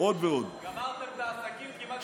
אתה זוכר מה היה האסון שלך?